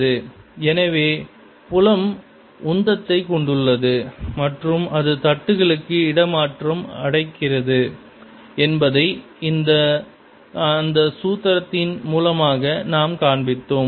momentumtime0σddKdt எனவே புலம் உந்தத்தை கொண்டுள்ளது மற்றும் அது தட்டுகளுக்கு இடமாற்றம் அடைகிறது என்பதை அந்த சூத்திரத்தின் மூலமாக நாம் காண்பித்தோம்